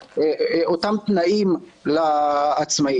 אנחנו עכשיו בתקופת קורונה,